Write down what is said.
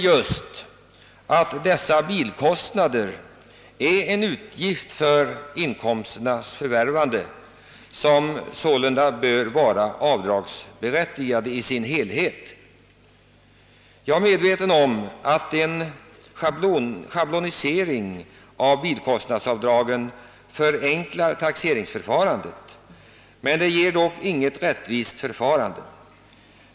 Jag anser att dessa bilkostnader just är en utgift för inkomsternas förvärvande och sålunda bör vara avdragsberättigade i sin helhet. Jag är medveten om att en schablonisering av bilkostnadsavdragen förenklar taxeringsförfarandet, men metoden ger dock inget rättvist resultat.